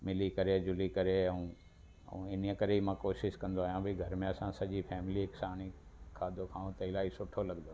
मिली करे जुली करे ऐं इनई करे मां कोशिश कंदो आहियां भई घर में असां सॼी फेमिली हिकु साणु खाधो खाऊं त इलाही सुठो लॻंदो आहे